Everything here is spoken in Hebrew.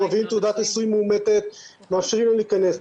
הם מביאים תעודת נישואים מאומתת ומאפשרים להם להיכנס.